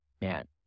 man